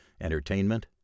entertainment